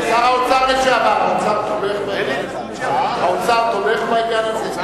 שר האוצר לשעבר, האוצר תומך בעניין הזה?